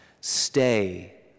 stay